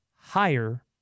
higher